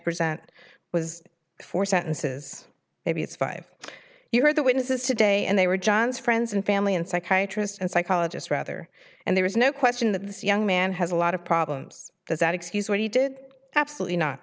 present was four sentences maybe it's five you heard the witnesses today and they were john's friends and family and psychiatrist and psychologist rather and there is no question that this young man has a lot of problems because that excuse what he did absolutely not